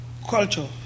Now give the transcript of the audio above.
culture